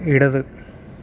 ഇടത്